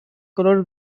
color